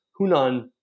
Hunan